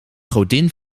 godin